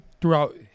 throughout